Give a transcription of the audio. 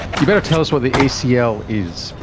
you'd better tell us what the acl is,